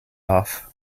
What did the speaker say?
off